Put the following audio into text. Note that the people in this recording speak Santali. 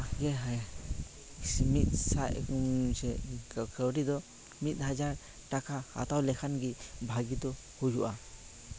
ᱢᱤᱫ ᱥᱟᱭ ᱥᱮ ᱠᱟᱹᱣᱰᱤ ᱫᱚ ᱢᱤᱫ ᱦᱟᱡᱟᱨ ᱴᱟᱠᱟ ᱦᱟᱛᱟᱣ ᱞᱮᱠᱷᱟᱱ ᱜᱮ ᱵᱷᱟᱹᱜᱤ ᱫᱚ ᱦᱩᱭᱩᱜᱼᱟ